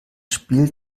spiel